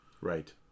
right